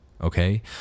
okay